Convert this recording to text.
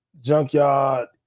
Junkyard